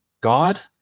God